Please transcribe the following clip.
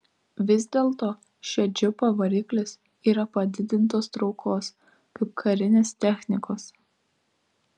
vis dėlto šio džipo variklis yra padidintos traukos kaip karinės technikos